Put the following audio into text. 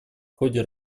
ходе